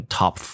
top